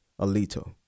Alito